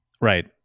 Right